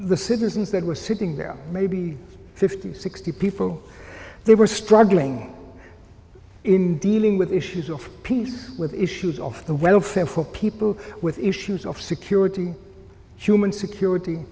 the citizens that were sitting there maybe fifty sixty people they were struggling in dealing with issues of peace with issues of the welfare for people with issues of security human security